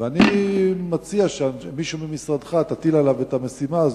אני מציע שתטיל על מישהו במשרדך את המשימה הזאת.